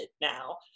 now